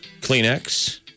Kleenex